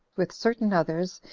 with certain others,